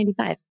1995